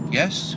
yes